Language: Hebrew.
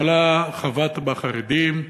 בהתחלה חבטת בחרדים,